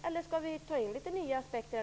Eller skall vi ta in litet nya aspekter?